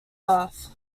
earth